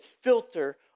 filter